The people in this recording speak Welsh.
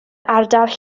ardal